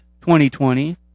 2020